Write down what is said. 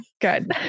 Good